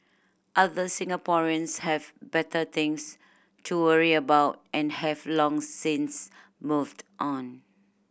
other Singaporeans have better things to worry about and have long since moved on